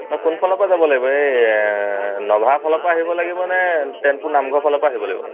অঁ কোন ফালৰ পৰা যাব লাগিব এই ন'ভাৰ ফালৰ পৰা আহিব লাগিবনে টেনপুৰ নামঘৰ ফালৰ পৰা আহিব লাগিব